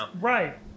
right